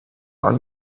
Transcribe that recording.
are